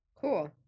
cool